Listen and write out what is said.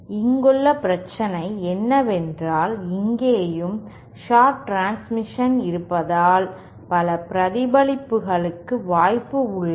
இங்குள்ள பிரச்சனை என்னவென்றால் இங்கேயும் ஷார்ப் டிரன்சிஷன் இருப்பதால் பல பிரதிபலிப்புககளுக்கு வாய்ப்பு உள்ளது